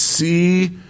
See